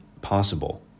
possible